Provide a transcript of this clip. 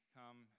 come